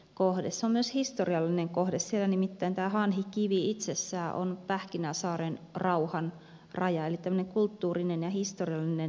se on myös historiallinen kohde siellä nimittäin tämä hanhikivi itsessään on pähkinäsaaren rauhan raja eli tämmöinen kulttuurinen ja historiallinen tärkeä kohde